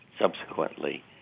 subsequently